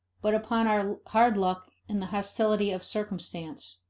but upon our hard luck and the hostility of circumstance.